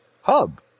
hub